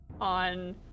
on